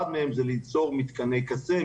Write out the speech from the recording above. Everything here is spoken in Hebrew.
זה ליצור מתקני קצה,